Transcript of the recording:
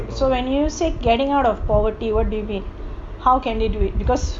so when you say getting out of poverty what do you mean